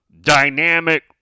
Dynamic